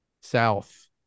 south